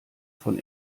von